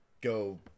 go